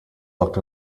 looked